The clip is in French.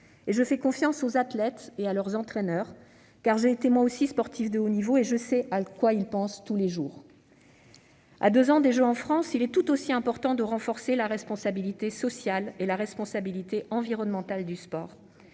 ce point confiance aux athlètes et à leurs entraîneurs, car j'ai été moi aussi sportive de haut niveau et je sais à quoi ils pensent tous les jours. À deux ans de cette échéance, il est tout aussi important de renforcer la responsabilité sociale et environnementale du sport.